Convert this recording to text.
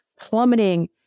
plummeting